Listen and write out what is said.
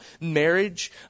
marriage